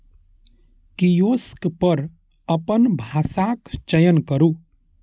kiosk पर अपन भाषाक चयन करू